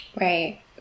Right